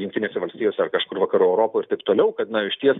jungtinėse valstijose ar kažkur vakarų europoj ir taip toliau kad na išties